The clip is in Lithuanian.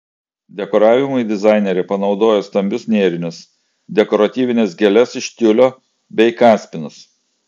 dekoravimui dizainerė panaudojo stambius nėrinius dekoratyvines gėles iš tiulio bei kaspinus